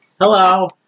Hello